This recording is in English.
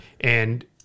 And-